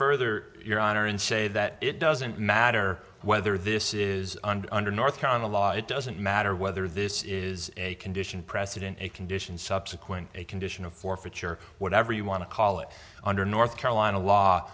further your honor and say that it doesn't matter whether this is under north carolina law it doesn't matter whether this is a condition precedent a condition subsequent a condition of forfeiture whatever you want to call it under north carolina law